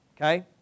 okay